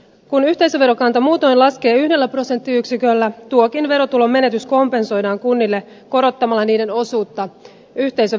kun yhteisöverokanta muutoin laskee yhdellä prosenttiyksiköllä tuokin verotulon menetys kompensoidaan kunnille korottamalla niiden osuutta yhteisöverosta